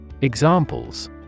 Examples